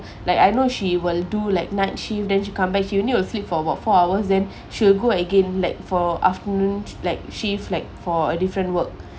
like I know she will do like night shift then she come back she only will sleep for about four hours then she will go again like for afternoon like shift for a different work